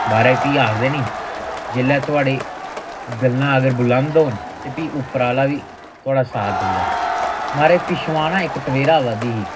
महाराज फ्ही आखदे नी जेल्लै थुआढ़ी गल्लां अगर बुलंद होन तां फ्ही उप्परा आह्ला बी थुआढ़ा साथ दिंदा महाराज पिच्छुआं ना इक टवेरा आवा दी ही